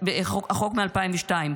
החוק מ-2002.